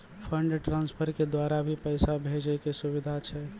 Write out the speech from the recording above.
Fund transfer के द्वारा भी पैसा भेजै के सुविधा छै?